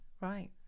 Right